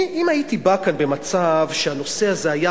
אם הייתי בא כאן במצב שהנושא הזה היה,